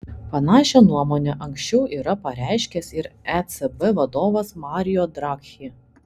panašią nuomonę anksčiau yra pareiškęs ir ecb vadovas mario draghi